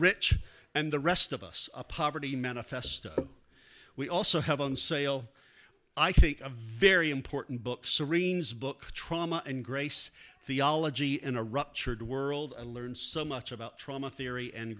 rich and the rest of us a poverty manifesto we also have on sale i think a very important book serene's book trauma and grace theology in a ruptured world i learned so much about trauma theory and